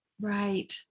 Right